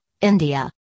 India